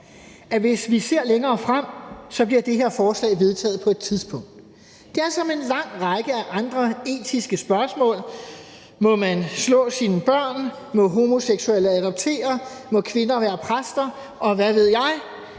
at hvis vi ser længere frem, bliver det her forslag vedtaget på et tidspunkt. Det er som med en lang række andre etiske spørgsmål: Må man slå sine børn, må homoseksuelle adoptere, må kvinder være præster, og hvad ved jeg?